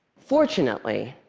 fortunately,